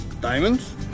Diamonds